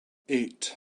eight